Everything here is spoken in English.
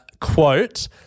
quote